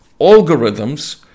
algorithms